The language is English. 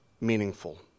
meaningful